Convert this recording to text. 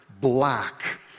black